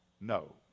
No